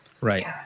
Right